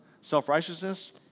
self-righteousness